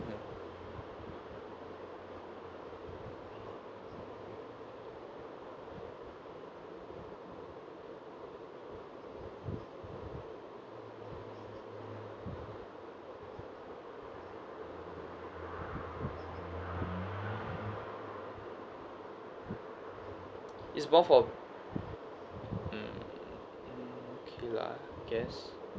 it's both for mm mm okay lah I guess